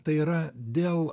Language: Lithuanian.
tai yra dėl